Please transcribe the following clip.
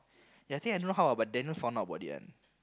ya I think I don't know how ah but Daniel found out about it ah